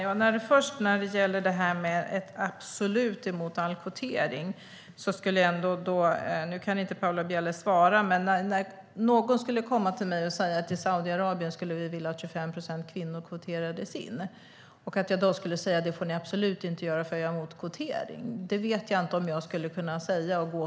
Herr talman! Låt mig återigen ta upp detta med att vara absolut emot all kvotering. Nu kan inte Paula Bieler svara. Om någon skulle komma till mig och säga att man vill att 25 procent kvinnor ska kvoteras in i Saudiarabiens parlament vet jag inte om jag i det läget skulle kunna säga: Nej, det får ni absolut inte göra, för jag är emot kvotering. Jag vet inte om jag skulle kunna gå så långt.